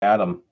Adam